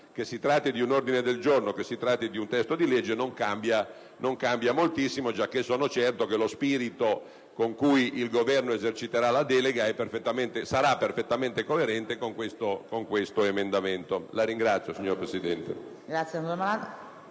che si tratti di un ordine del giorno o di una norma di legge non cambia moltissimo, giacché sono certo che lo spirito con cui il Governo eserciterà la delega sarà perfettamente coerente con questo emendamento. PRESIDENTE. Il restante